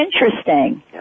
interesting